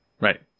right